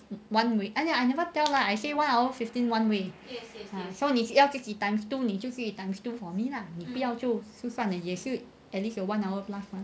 one week !aiya! I never I never tell lie I say one hour fifteen one way so 你要自己 times two 你就自己 times two for me lah 你不要就算也是 at least one hour plus mah